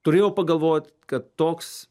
turėjau pagalvot kad toks